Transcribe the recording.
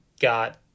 Got